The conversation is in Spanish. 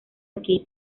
aquí